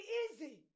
easy